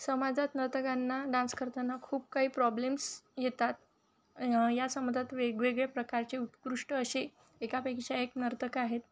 समाजात नर्तकांना डान्स करताना खूप काही प्रॉब्लेम्स येतात या समाजात वेगवेगळ्या प्रकारचे उत्कृष्ट असे एकापेक्षा एक नर्तक आहेत